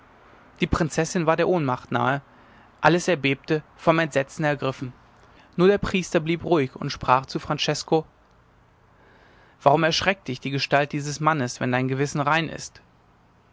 die prinzessin war der ohnmacht nahe alles erbebte vom entsetzen ergriffen nur der priester blieb ruhig und sprach zu francesko warum erschreckt dich die gestalt dieses mannes wenn dein gewissen rein ist